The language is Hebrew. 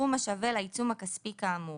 סכום השווה לעיצום הכספי כאמור.